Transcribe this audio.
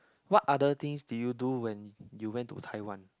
what other things did you do when you went to Taiwan